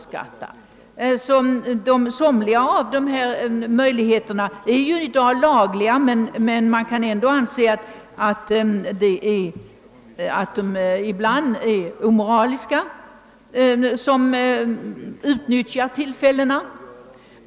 Somliga av de möjligheter som finns är i dag lagliga, men man kan ändå ibland betrakta dem som utnyttjar dessa tillfällen såsom omoraliska.